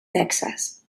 texas